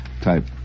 type